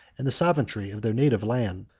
and the sovereignty of their native land.